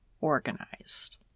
organized